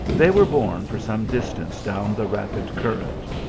they were borne for some distance down the rapid current,